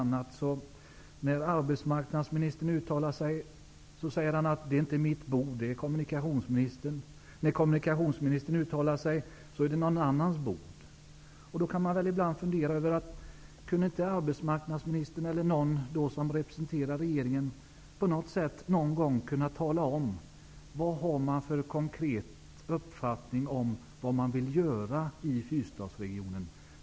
När arbetsmarknadsministern uttalar sig i media säger han att det inte är hans bord utan kommunikationsministerns. När kommunikationsministern uttalar sig säger han att det är någon annans bord. Då kan man ibland fundera över om inte arbetsmarknadsministern eller någon annan som representerar regeringen på något sätt någon gång kan tala om vad man har för konkret uppfattning om vad man vill göra i Fyrstadsregionen.